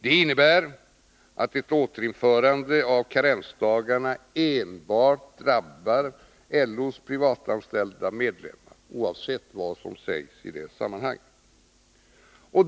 Det innebär att ett återinförande av karensdagarna drabbar enbart LO:s privatanställda medlemmar, oavsett vad som sägs i det sammanhanget.